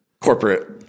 corporate